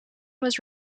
was